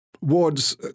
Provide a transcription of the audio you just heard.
Ward's